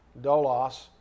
dolos